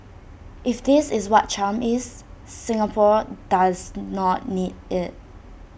if this is what charm is Singapore does not need IT